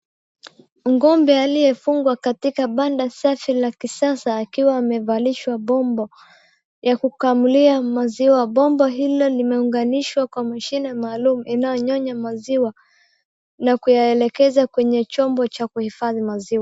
Ng'ombe aliyefungwa katika banda safi la kisasa akiwa akiwa amevalishwa pombo ya kukamulia maziwa. Pombo hilo limeunganishwa kwa mashine maalum inayonyonya maziwa na kuyaelekeza kwenye chombo cha kuhifadhi maziwa.